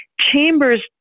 Chambers